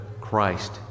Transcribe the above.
Christ